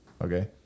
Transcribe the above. Okay